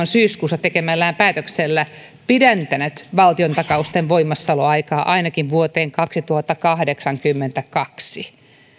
syyskuussa tekemällään päätöksellä pidentänyt valtiontakausten voimassaoloaikaa ainakin vuoteen kaksituhattakahdeksankymmentäkaksi